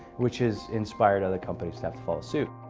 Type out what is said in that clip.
which has inspired other companies to have to follow suit.